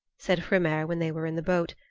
said hrymer, when they were in the boat,